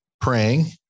praying